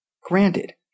Granted